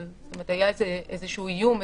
זאת אומרת היה איזשהו איום,